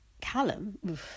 callum